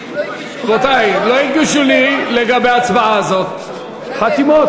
רבותי, לא הגישו לי לגבי ההצבעה הזאת חתימות.